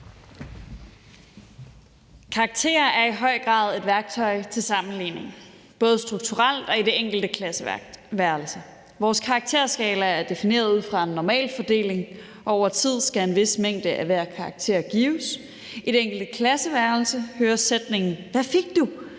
Karakterer er i høj grad et værktøj til sammenligning, både strukturelt og i det enkelte klasseværelse. Vores karakterskala er defineret ud fra en normalfordeling, og over tid skal en vis mængde af hver karakter gives. Når afleveringer kommer